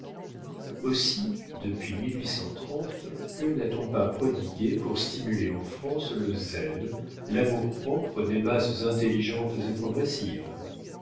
aussi depuis que n'a-t-on pas prodigué pour stimuler en france le zèle l'amour-propre des masses intelligentes et progressives